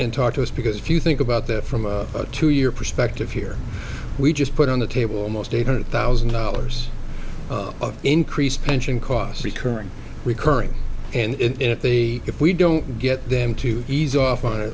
talk to us because if you think about that from a two year perspective here we just put on the table most eight hundred thousand dollars of increased pension costs recurring recurring and if the if we don't get them to ease off on it